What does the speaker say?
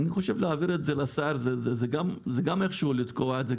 אני חושב שלהעביר את זה לשר זה גם איפשהו לתקוע את זה.